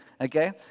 Okay